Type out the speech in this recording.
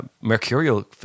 mercurial